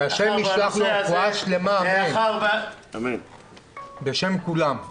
שה' ישלח לו רפואה שלמה, בשם כולם.